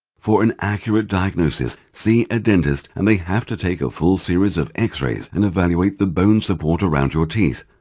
for an accurate diagnosis. see a dentist and they have to take a full series of x-rays and evaluate the bone support around your teeth.